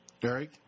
Derek